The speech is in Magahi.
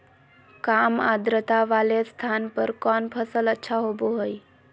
काम आद्रता वाले स्थान पर कौन फसल अच्छा होबो हाई?